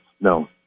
No